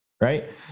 right